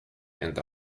and